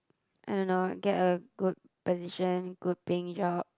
I don't know get a good position good paying job